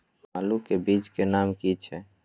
आलू के बीज के नाम की छै?